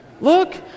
Look